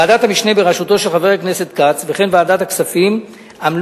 ועדת המשנה בראשותו של חבר הכנסת חיים כץ וכן ועדת הכספים עמלו